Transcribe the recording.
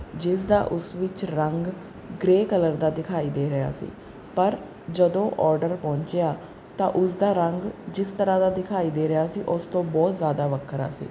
ਜਿਸ ਦਾ ਉਸ ਵਿੱਚ ਰੰਗ ਗ੍ਰੇਅ ਕਲਰ ਦਾ ਦਿਖਾਈ ਦੇ ਰਿਹਾ ਸੀ ਪਰ ਜਦੋਂ ਔਡਰ ਪਹੁੰਚਿਆ ਤਾਂ ਉਸਦਾ ਰੰਗ ਜਿਸ ਤਰ੍ਹਾਂ ਦਾ ਦਿਖਾਈ ਦੇ ਰਿਹਾ ਸੀ ਉਸ ਤੋਂ ਬਹੁਤ ਜ਼ਿਆਦਾ ਵੱਖਰਾ ਸੀ